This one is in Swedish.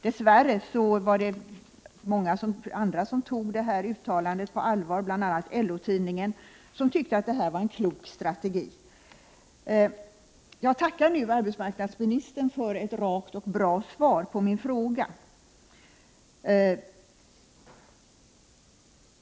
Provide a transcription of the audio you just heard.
Dess värre tog många detta uttalande på allvar, bl.a. LO-tidningen, som tyckte att det här var en klok strategi. Jag tackar nu arbetsmarknadsministern för ett rakt och bra svar på min fråga.